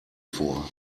vor